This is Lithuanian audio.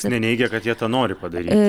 neneigia kad jie tą nori padaryti